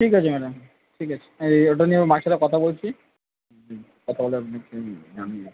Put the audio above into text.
ঠিক আছে ম্যাডাম ঠিক আছে হ্যাঁ এই ওটা নিয়ে ওর মায়ের সাথে কথা বলছি কথা বলে আপনাকে জানিয়ে দেবো